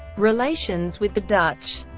relations with the dutch